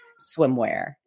swimwear